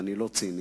ואני לא ציני,